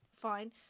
fine